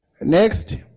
Next